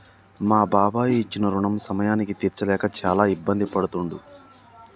మా బాబాయి ఇచ్చిన రుణం సమయానికి తీర్చలేక చాలా ఇబ్బంది పడుతుండు